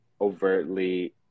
overtly